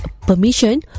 permission